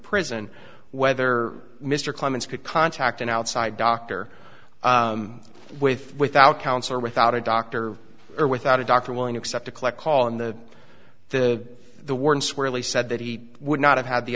prison whether mr clemens could contact an outside doctor with without counsel or without a doctor or without a doctor willing to accept a collect call in the the the warden swirly said that he would not have had the